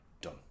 done